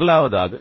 முதலாவதாக